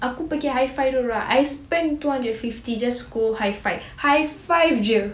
aku pergi high five diorang I spent two hundred fifty just go high five high five jer